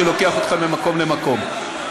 שלוקח אותך ממקום למקום.